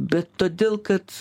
bet todėl kad